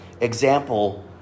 example